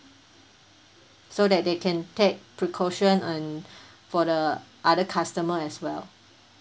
so that they can take precaution and for the other customer as well